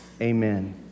amen